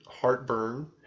heartburn